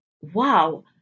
Wow